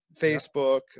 Facebook